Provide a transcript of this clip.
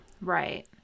right